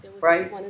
Right